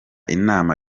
inama